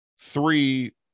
three